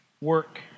work